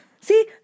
See